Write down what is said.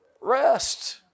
rest